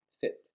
fit